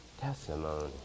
testimony